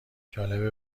جالبه